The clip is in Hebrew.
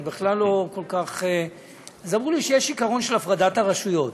אני בכלל לא כל כך אז אמרו לי שיש עיקרון של הפרדת רשויות: